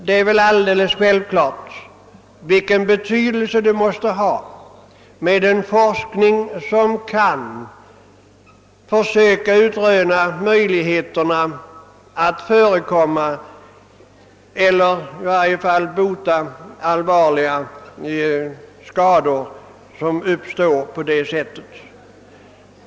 Det är väl alldeles självklart vilket värde det måste ha med en forskning som kan försöka utreda möjligheterna att förekomma eller åtminstone bota skador som uppstår genom dessa radioaktiva ämnen.